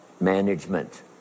management